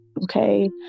okay